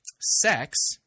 sex